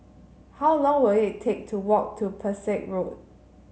how long will it take to walk to Pesek Road